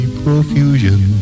profusion